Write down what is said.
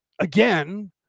again